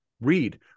Read